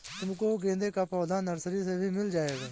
तुमको गेंदे का पौधा नर्सरी से भी मिल जाएगा